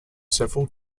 several